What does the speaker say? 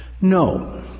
No